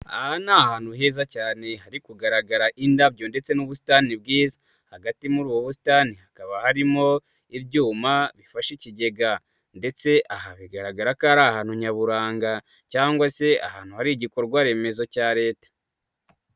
Aha ni ahantu heza cyane hari kugaragara indabyo ndetse n'ubusitani bwiza, hagati muri ubu busitani, hakaba harimo ibyuma bifasha ikigega ndetse ahagaragara ko ari ahantu nyaburanga cyangwa se ahantu hari igikorwaremezo cya Leta.